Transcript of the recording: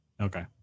Okay